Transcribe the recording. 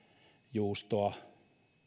juustoa